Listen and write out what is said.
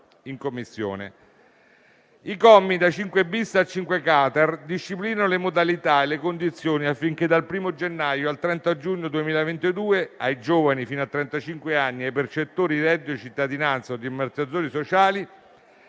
in Commissione. I commi da 5-*bis* a 5-*quater* disciplinano le modalità e le condizioni affinché dal 1° gennaio al 30 giugno 2022 ai giovani fino a trentacinque anni, ai percettori di reddito di cittadinanza o di ammortizzatori sociali